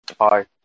Hi